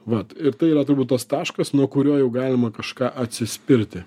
vat ir tai yra turbūt tas taškas nuo kurio jau galima kažką atsispirti